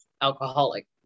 alcoholic